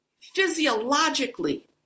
physiologically